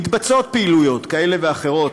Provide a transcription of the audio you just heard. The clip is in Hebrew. נעשות פעולות כאלה ואחרות,